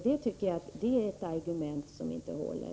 Det tycker jag alltså är ett argument som inte håller.